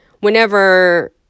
whenever